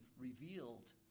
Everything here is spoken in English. revealed